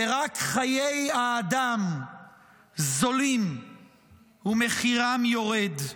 ורק חיי האדם זולים ומחירם יורד.